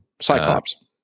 Cyclops